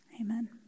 Amen